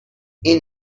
این